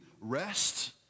rest